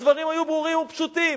הדברים היו ברורים ופשוטים,